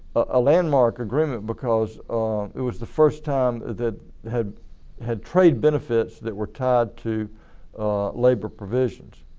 a landmark agreement because it was the first time that had had trade benefits that were tied to labor provisions.